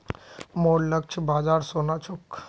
मोर लक्ष्य बाजार सोना छोक